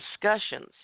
discussions